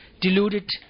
deluded